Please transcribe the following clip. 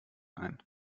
ein